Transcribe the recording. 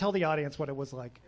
tell the audience what it was like